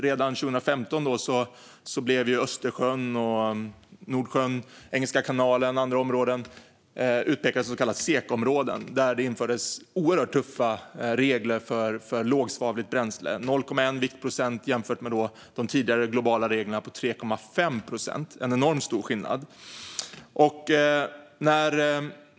Redan 2015 blev Östersjön, Nordsjön, Engelska kanalen och andra områden utpekade som så kallade SECA-områden, där det infördes oerhört tuffa regler för lågsvavligt bränsle - 0,1 viktprocent jämfört med de tidigare globala reglerna om 3,5 viktprocent, en enormt stor skillnad.